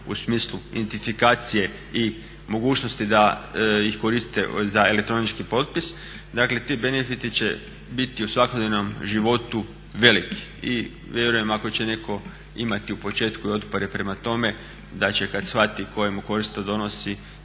u smislu identifikacije i mogućnosti da ih koriste za elektronički potpis, dakle ti benefiti će biti u svakodnevnom životu veliki i vjerujem ako će neko imati u početku i otpore prema tome da će kad shvati koju mu korist to donosi